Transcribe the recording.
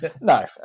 No